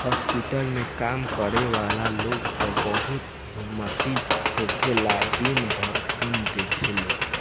hospital में काम करे वाला लोग त बहुत हिम्मती होखेलन दिन भर खून देखेले